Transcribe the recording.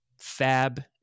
FAB